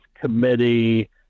Committee